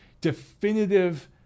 definitive